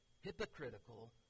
hypocritical